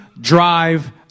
drive